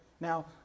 Now